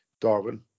Darwin